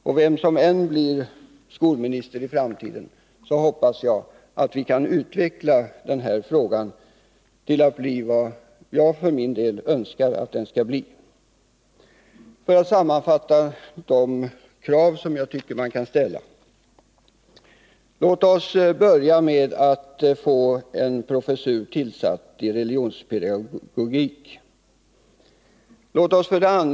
Och vem som än blir skolminister i framtiden hoppas jag att vi kan utveckla den här frågan till att bli vad jag för min del önskar att den skall bli. För att sammanfatta och ställa ett par frågor: 1. Låt oss börja med att få en professur tillsatt i religionspedagogik. att stärka religions att stärka religionsundervisningen i skolan 2.